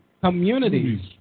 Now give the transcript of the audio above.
communities